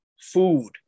food